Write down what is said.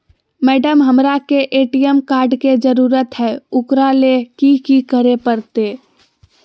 Madam, हमरा के ATM card के जरूरत है ऊकरा ले की की करे परते?